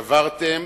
שברתם